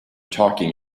talking